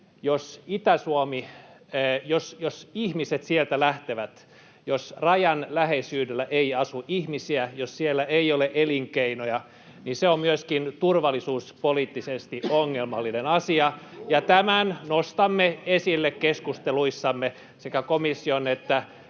että jos ihmiset lähtevät Itä-Suomesta, jos rajan läheisyydessä ei asu ihmisiä, jos siellä ei ole elinkeinoja, niin se on myöskin turvallisuuspoliittisesti ongelmallinen asia, ja tämän nostamme esille keskusteluissamme sekä komission että